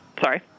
sorry